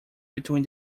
between